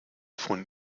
von